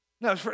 No